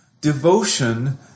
devotion